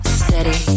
steady